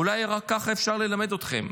אולי רק ככה אפשר ללמד אתכם,